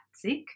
sick